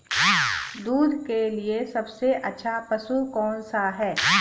दूध के लिए सबसे अच्छा पशु कौनसा है?